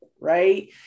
right